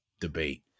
debate